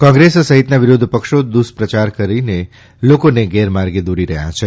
કોંગ્રેસ સહિતના વિરોધપક્ષો દુષ્પ્રચાર કરીનો લોકોને ગેરમાર્ગે દોરી રહ્યા છે